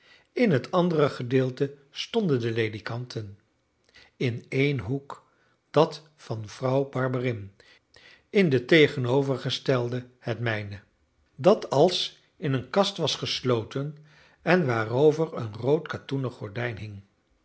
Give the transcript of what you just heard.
in het andere gedeelte stonden de ledekanten in een hoek dat van vrouw barberin in den tegenovergestelden het mijne dat als in een kast was gesloten en waarover een rood katoenen gordijn hing